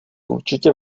určitě